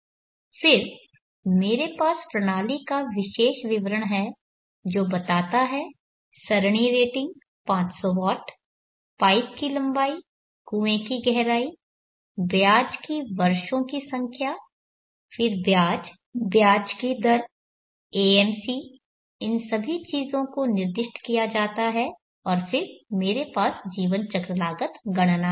फिर मेरे पास प्रणाली का विशेष विवरण है जो बताता है सरणी रेटिंग 500 वाट पाइप की लंबाई कुंए की गहराई ब्याज की वर्षों की संख्या फिर ब्याज ब्याज की दर AMC इन सभी चीजों को निर्दिष्ट किया जाता है और फिर मेरे पास जीवन चक्र लागत गणना है